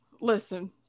listen